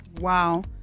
Wow